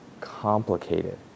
complicated